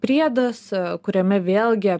priedas kuriame vėlgi